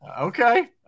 Okay